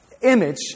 image